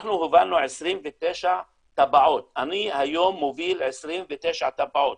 אנחנו הובלנו 29 תב"עות, אני היום מוביל 29 תב"עות